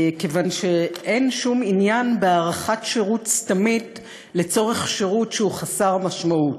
כיוון שאין שום עניין בהארכת שירות סתמית לצורך שירות שהוא חסר משמעות,